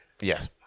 yes